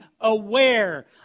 aware